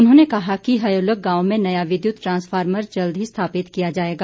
उन्होंने कहा कि हयोलग गांव में नया विद्युत ट्रांस्फार्मर जल्द ही स्थापित किया जाएगा